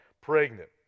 pregnant